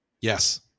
Yes